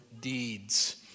deeds